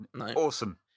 Awesome